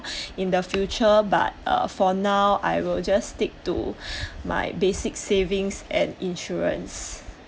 in the future but uh for now I will just stick to my basic savings and insurance